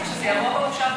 שזה יעבור במושב הזה.